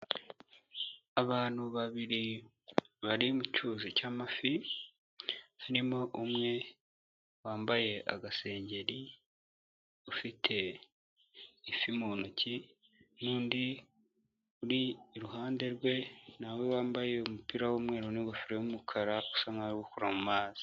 Abantu babiri bari mu cyuzi cy'amafi, harimo umwe wambaye agasengeri, ufite ifi mu ntoki n'undi uri iruhande rwe nawe wambaye umupira w'umweru, n'ingofero y'umukara usa nk'aho ari gukora mu mazi.